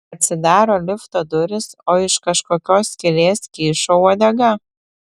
atsidaro lifto durys o iš kažkokios skylės kyšo uodega